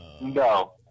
No